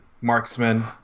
marksman